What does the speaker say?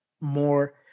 more